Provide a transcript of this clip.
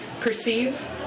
perceive